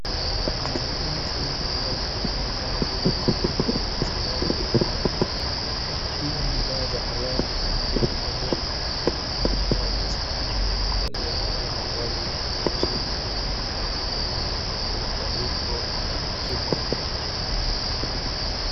Maonekano kuu ya bidhaa kama vile komputa, viatu vya watoto pia bidhaa za malazi kama vile godoro. Kuna mtu aliyesimama hapo aliyevalia mavazi ya nje na kuna bandiko la chupa.